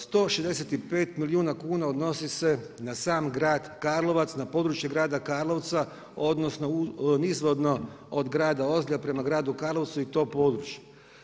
165 milijuna kuna odnosi se na sam grad Karlovac, na područje grada Karlovca odnosno nizvodno od grada Ozlja prema gradu Karlovcu i to područje.